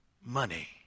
money